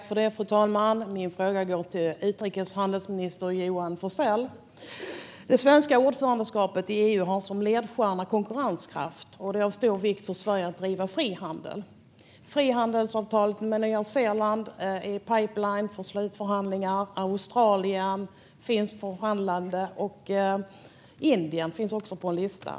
Fru talman! Min fråga går till utrikeshandelsminister Johan Forssell. Det svenska ordförandeskapet i EU har som ledstjärna konkurrenskraft, och det är av stor vikt för Sverige att driva frihandel. Frihandelsavtalet med Nya Zeeland är i pipeline för slutförhandlingar, Australien finns för förhandlande och Indien finns också på en lista.